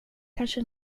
kanske